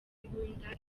mbunda